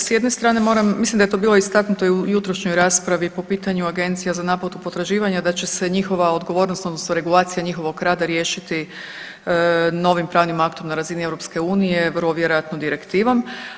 S jedne strane moram, mislim da je to bilo istaknuto i u jutrošnjoj raspravi po pitanju Agencija za naplatu potraživanja da će se njihova odgovornost, odnosno regulacija njihovog rada riješiti novim pravnim aktom na razini EU vrlo vjerojatno direktivom.